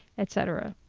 etc.